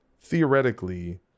theoretically